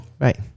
Right